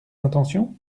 intentions